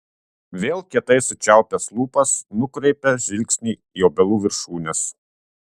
vėl kietai sučiaupęs lūpas nukreipia žvilgsnį į obelų viršūnes